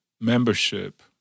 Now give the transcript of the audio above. membership